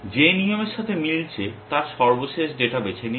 যে নিয়মের সাথে মিলছে তার সর্বশেষ ডেটা বেছে নিন